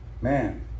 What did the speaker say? Man